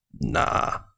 Nah